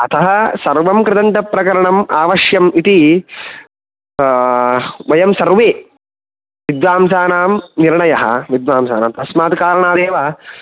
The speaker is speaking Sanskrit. अतः सर्वं कृदन्तप्रकरणं आवश्यम् इति वयं सर्वे सिद्धान्तानां निर्णयः विद्वाम्सान् अस्माद् कारणदेव